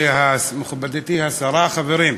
מכובדתי השרה, חברים,